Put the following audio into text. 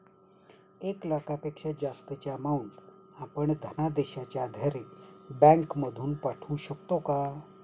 एक लाखापेक्षा जास्तची अमाउंट आपण धनादेशच्या आधारे बँक मधून पाठवू शकतो का?